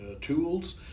tools